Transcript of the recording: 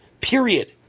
period